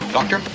Doctor